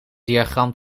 diagram